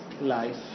life